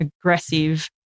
aggressive